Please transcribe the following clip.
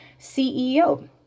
CEO